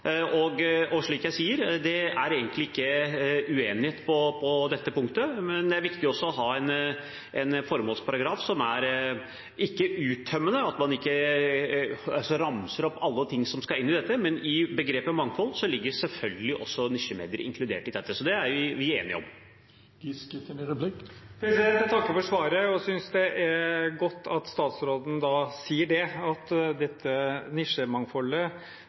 Og som jeg sier: Det er egentlig ikke uenighet på dette punktet, men det er viktig å ha en formålsparagraf som ikke er uttømmende, at man ikke ramser opp alle ting som skal inn i dette. I begrepet «mangfold» er selvfølgelig også nisjemedier inkludert. Så det er vi enige om. Jeg takker for svaret og synes det er godt at statsråden da sier at dette nisjemangfoldet